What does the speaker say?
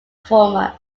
former